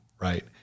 right